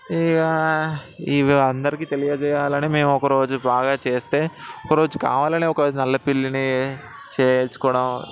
ఇక ఇవి అందరికి తెలియచేయాలని మేము ఒకరోజు బాగా చేస్తే ఒకరోజు కావాలనే నల్లపిల్లిని చేయించుకోవడం